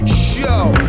show